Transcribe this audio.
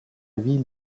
ville